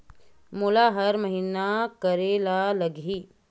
मोला हर महीना करे ल लगही?